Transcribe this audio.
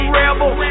rebel